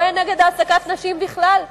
טוען נגד העסקת נשים בכלל.